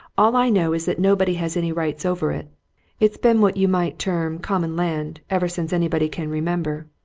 all i know is that nobody has any rights over it it's been what you might term common land ever since anybody can remember.